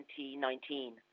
2019